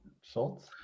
Schultz